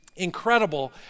incredible